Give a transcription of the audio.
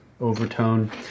overtone